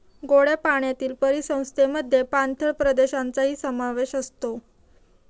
गोड्या पाण्यातील परिसंस्थेमध्ये पाणथळ प्रदेशांचाही समावेश असतो